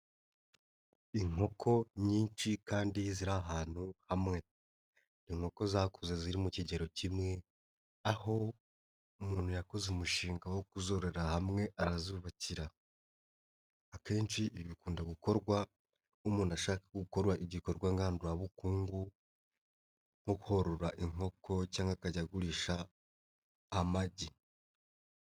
Inkoko nyinshi kandi ziri ahantu hamwe, inkoko zakuze ziri mu kigero kimwe, aho umuntu yakoze umushinga wo kuzorora hamwe arazubakira, akenshi ibi bikunda gukorwa umuntu ashaka gukora igikorwa ngandurabukungu, nko korora inkoko cyangwa akajya agurisha amagi.